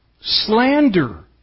slander